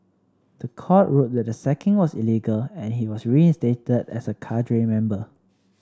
the court ruled that the sacking was illegal and he was reinstated as a cadre member